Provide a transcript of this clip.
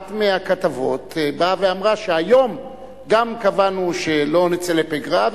אחת מהכתבות באה ואמרה שהיום גם קבענו שלא נצא לפגרה,